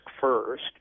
first